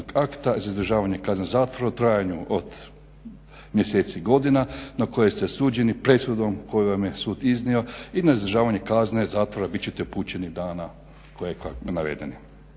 za izdržavanje kazne zatvora u trajanju od mjeseci i godina na koje ste osuđeni presudom koju vam je sud iznio. I na izdržavanje kazne zatvora bit ćete upućeni dana koji je naveden.